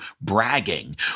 bragging